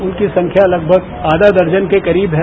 उनकी संख्या लगभग आधा दर्जन के करीब है